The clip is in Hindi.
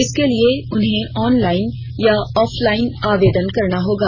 इसके लिए उन्हें ऑनलाइन या ऑफलाइन आवेदन करना होगा